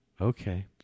Okay